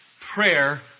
prayer